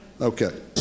Okay